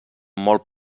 molt